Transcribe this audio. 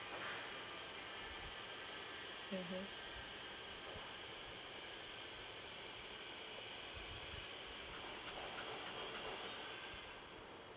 mmhmm